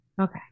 Okay